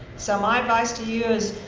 so my advice to you is,